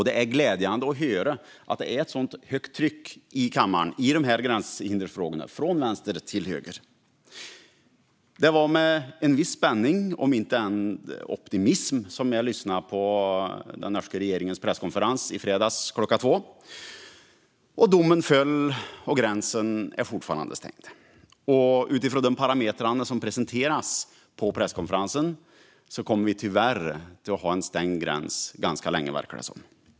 Det är glädjande att höra att det är ett så högt tryck i kammaren från vänster till höger i gränshinderfrågorna. Det var med en viss spänning, om inte optimism, som jag lyssnade på den norska regeringens presskonferens i fredags klockan två. Domen föll - och gränsen är fortfarande stängd. Utifrån de parametrar som presenterades på presskonferensen kommer vi tyvärr att ha en stängd gräns ganska länge, verkar det som.